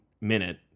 minute